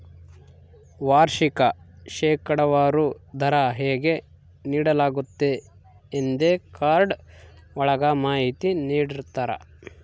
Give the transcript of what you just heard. ವಾರ್ಷಿಕ ಶೇಕಡಾವಾರು ದರ ಹೇಗೆ ನೀಡಲಾಗ್ತತೆ ಎಂದೇ ಕಾರ್ಡ್ ಒಳಗ ಮಾಹಿತಿ ನೀಡಿರ್ತರ